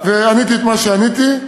ועניתי את מה שעניתי.